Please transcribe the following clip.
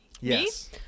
yes